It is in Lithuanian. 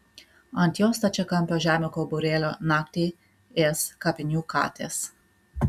ant jos stačiakampio žemių kauburėlio naktį ės kapinių katės